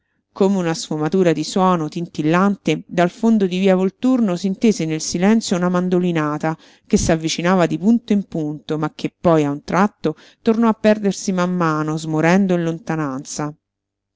come una sfumatura di suono titillante dal fondo di via volturno s'intese nel silenzio una mandolinata che s'avvicinava di punto in punto ma che poi a un tratto tornò a perdersi man mano smorendo in lontananza